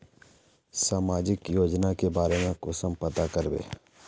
सामाजिक योजना के बारे में कुंसम पता करबे?